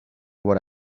what